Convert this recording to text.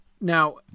Now